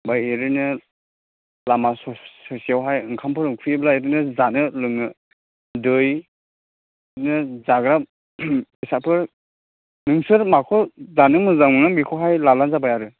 बाय एरैनो लामा सस ससेआवहाय ओंखामफोर उखैयोब्ला बिदिनो जानो लोंनो दै बिदिनो जाग्रा बेसादफोर नोंसोर माखौ जानो मोजां मोनो बेखौहाय लाबानो जाबाय आरो